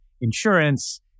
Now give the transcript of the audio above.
insurance